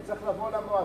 הוא צריך לבוא למועצה,